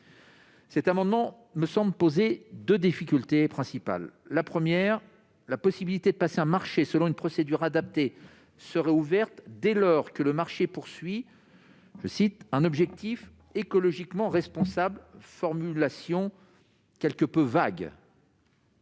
cet amendement me semble poser deux difficultés principales. D'une part, la possibilité de passer un marché selon une procédure adaptée serait ouverte dès lors que le marché vise « un objectif écologiquement responsable ». Or cette formulation est assez vague.